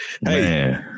Hey